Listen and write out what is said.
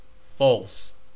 false